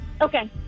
Okay